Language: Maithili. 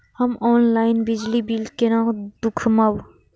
हम ऑनलाईन बिजली बील केना दूखमब?